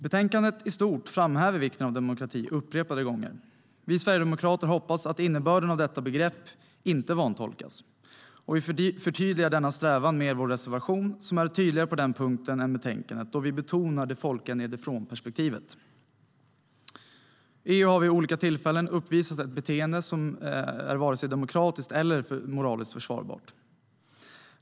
Betänkandet i stort framhäver vikten av demokrati upprepade gånger. Vi sverigedemokrater hoppas att innebörden av detta begrepp inte vantolkas, och vi förtydligar denna strävan med vår reservation som är tydligare på den punkten än betänkandet, då vi betonar det folkliga nedifrånperspektivet. EU har vid olika tillfällen uppvisat ett beteende som är varken demokratiskt eller moraliskt försvarbart.